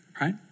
right